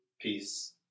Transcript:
peace